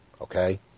okay